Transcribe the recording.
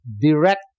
direct